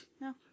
No